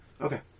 Okay